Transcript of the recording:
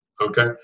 okay